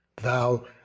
thou